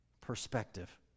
perspective